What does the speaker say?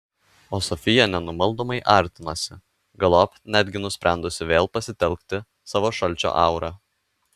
o sofija nenumaldomai artinosi galop netgi nusprendusi vėl pasitelkti savo šalčio aurą